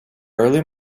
early